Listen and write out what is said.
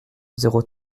zéro